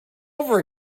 over